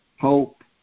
hope